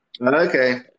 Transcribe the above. okay